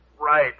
right